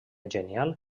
genial